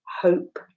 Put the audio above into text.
hope